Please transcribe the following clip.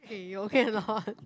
eh you okay or not